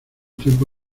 tiempo